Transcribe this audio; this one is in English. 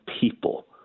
people